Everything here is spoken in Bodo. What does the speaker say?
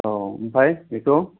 औ ओमफ्राय बेखौ